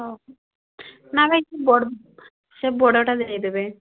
ହେଉ ନା ଭାଇ ସେ ବଡ଼ ସେ ବଡ଼ଟା ଦେଇଦେବେ